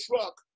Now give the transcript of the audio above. truck